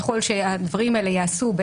ככל שהדברים האלה ייעשו,